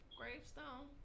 gravestone